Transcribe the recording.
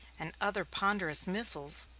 and other ponderous missiles,